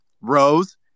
Rose